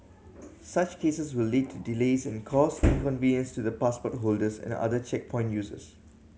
such cases will lead to delays and cause inconvenience to the passport holders and other checkpoint users